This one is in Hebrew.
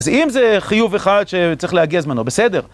אז אם זה חיוב אחד שצריך להגיע זמנו, בסדר.